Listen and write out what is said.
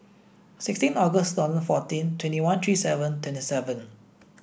sixteen August two thousand fourteen twenty one three seven twenty seven